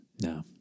No